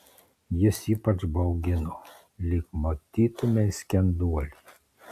jis ypač baugino lyg matytumei skenduolį